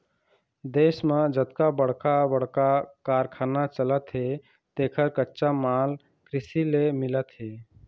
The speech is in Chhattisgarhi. देश म जतका बड़का बड़का कारखाना चलत हे तेखर कच्चा माल कृषि ले मिलत हे